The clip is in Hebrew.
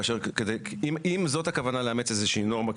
אני כמובן מתבדח לשם ההדגמה,